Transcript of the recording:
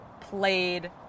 played